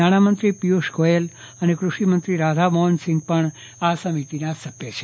નાણામંત્રીશ્રી પિયુષ ગોયલ અને કૃષિમંત્રીશ્રી રાધામોહનસિંહ પણ આ સમિતિના સભ્ય છે